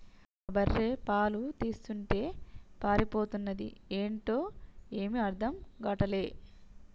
మా బర్రె పాలు తీస్తుంటే పారిపోతన్నాది ఏంటో ఏమీ అర్థం గాటల్లే